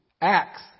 Acts